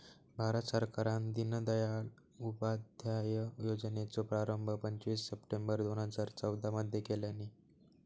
भारत सरकारान दिनदयाल उपाध्याय योजनेचो प्रारंभ पंचवीस सप्टेंबर दोन हजार चौदा मध्ये केल्यानी